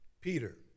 Peter